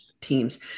teams